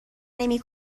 نمی